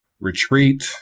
retreat